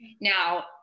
Now